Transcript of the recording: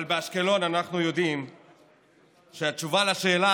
אבל באשקלון אנחנו יודעים שהתשובה על השאלה